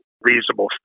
reasonable